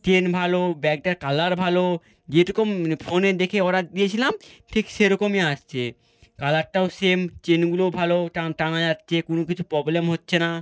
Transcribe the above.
chain ভালো ব্যাগটার colour ভালো যেরকম ফোনে দেখে অর্ডার দিয়েছিলাম ঠিক সেরকমই আসছে কালারটাও সেম চেনগুলো ভালো টানা যাচ্ছে কোনো কিছু প্রবলেম হচ্ছে না